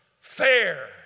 fair